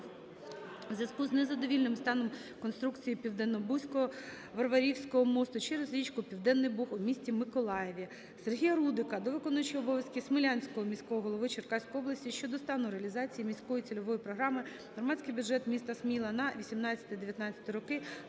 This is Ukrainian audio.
у зв'язку з незадовільним станом конструкції Південнобузького (Варварівського) мосту через річку Південний Буг у місті Миколаєві. Сергія Рудика до виконуючого обов'язки Смілянського міського голови Черкаської області щодо стану реалізації міської цільової програми "Громадський бюджет міста Сміла на 18-19 роки"